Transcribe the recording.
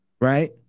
Right